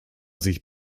sich